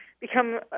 become